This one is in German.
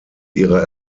ihrer